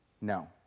no